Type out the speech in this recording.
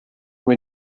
who